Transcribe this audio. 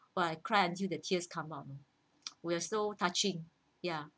cry until the tears come on we're so touching ya